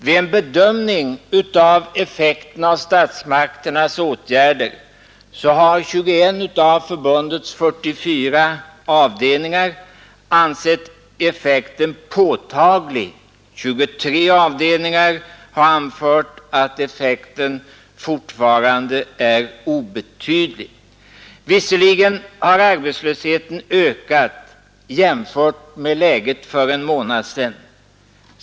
Vid en bedömning av effekten av statsmakternas åtgärder har 21 av förbundets 44 avdelningar ansett effekten påtaglig, medan 23 avdelningar har anfört att effekten fortfarande är obetydlig. Visserligen har arbetslösheten ökat jämfört med läget för en månad sedan.